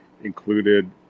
included